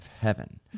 heaven